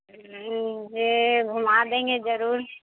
یہ گھما دیں گے ضرور